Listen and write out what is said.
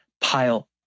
pile